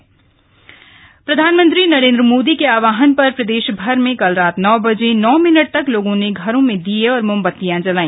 नौ बजे नौ मिनट प्रधानमंत्री नरेन्द्र मोदी के आहवान पर प्रदेशभर में कल रात नौ बजे नौ मिनट तक लोगों ने घरों में दिये और मोमबतियां जलाई